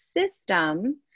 system